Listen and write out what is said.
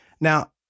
Now